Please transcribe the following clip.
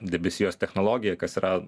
debesijos technologija kas yra